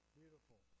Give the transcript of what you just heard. beautiful